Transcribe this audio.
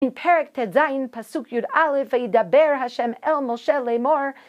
בפרק ט"ז, פסוק י"א וידבר השם אל משה לאמור